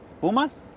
Pumas